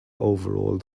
overall